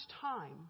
time